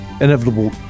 inevitable